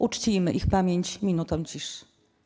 Uczcijmy ich pamięć minutą ciszy.